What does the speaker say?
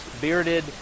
bearded